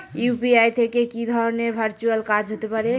UPI থেকে কি ধরণের ভার্চুয়াল কাজ হতে পারে?